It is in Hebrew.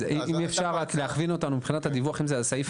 אז אם אפשר רק להכווין אותנו מבחינת הדיווח; אם זה על הסעיף